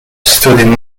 studied